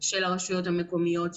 של הרשויות המקומיות,